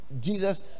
jesus